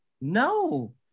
No